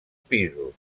pisos